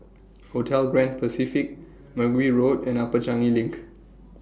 Hotel Grand Pacific Mergui Road and Upper Changi LINK